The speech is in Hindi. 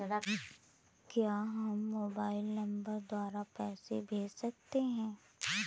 क्या हम मोबाइल नंबर द्वारा पैसे भेज सकते हैं?